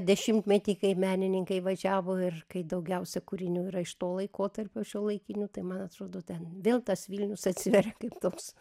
dešimtmetį kai menininkai važiavo ir kai daugiausiai kūrinių yra iš to laikotarpio šiuolaikinių tai man atrodo ten vėl tas vilnius atsiveria kaip toks